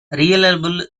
reliable